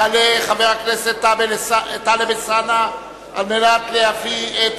יעלה חבר הכנסת טלב אלסאנע על מנת להציג את